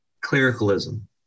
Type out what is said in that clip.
clericalism